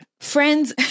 Friends